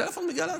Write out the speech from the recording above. טלפון מגל"צ.